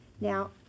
now